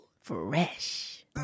Fresh